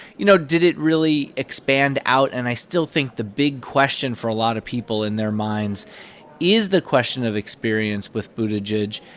you know, did it really expand out? and i still think the big question for a lot of people in their minds is the question of experience with buttigieg.